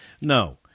No